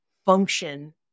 Function